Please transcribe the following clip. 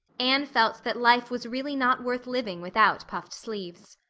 anne felt that life was really not worth living without puffed sleeves.